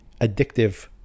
addictive